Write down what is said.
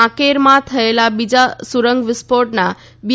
કાંકેરમાં થયેલા બીજા સૂરંગ વિસ્ફોટમાં બી